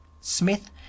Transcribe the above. Smith